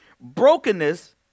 Brokenness